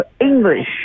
English